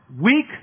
weak